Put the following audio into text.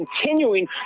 continuing